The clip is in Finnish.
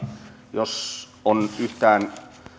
jos on yhtään